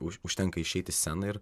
už užtenka išeiti į sceną ir